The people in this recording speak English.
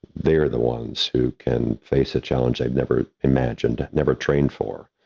they are the ones who can face a challenge they've never imagined, never trained for,